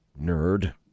nerd